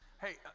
hey